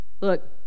look